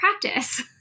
practice